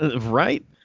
right